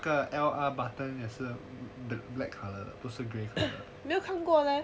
那个 L R button 也是 black colour 的 err 不是 grey black 的